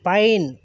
pine